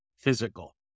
Physical